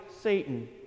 Satan